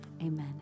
amen